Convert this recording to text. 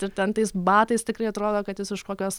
ir ten tais batais tikrai atrodo kad jis iš kokios